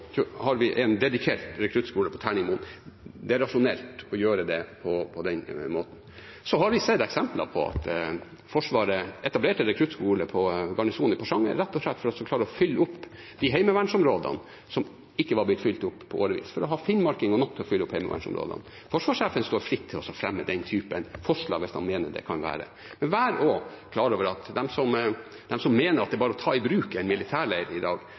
har vi en dedikert rekruttskole på Terningmoen. Det er rasjonelt å gjøre det på den måten. Så har vi sett eksempelet med at Forsvaret etablerte rekruttskole ved garnisonen i Porsanger, rett og slett for å klare å fylle opp de heimevernsområdene som ikke var blitt fylt opp på årevis, for å ha finnmarkinger nok til å fylle opp heimevernsområdene. Forsvarssjefen står fritt til å fremme den typen forslag hvis han mener det kan være slik. De som mener det bare er å ta i bruk en militærleir i dag, må også være klar over at vi har gode tall på at det kan være ganske dyrt å ta i bruk